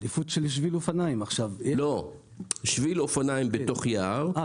לא; שביל אופניים בתוך אופניים,